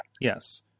Yes